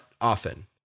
often